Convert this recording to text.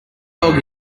dog